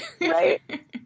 Right